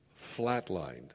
flatlined